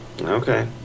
Okay